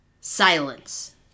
silence